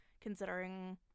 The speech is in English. considering